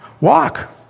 Walk